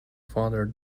father